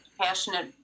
passionate